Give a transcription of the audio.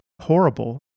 horrible